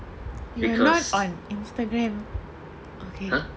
you are not on Instagram okay